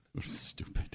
Stupid